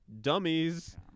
dummies